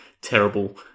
terrible